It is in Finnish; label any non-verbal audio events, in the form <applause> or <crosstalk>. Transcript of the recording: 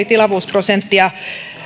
<unintelligible> tilavuusprosenttia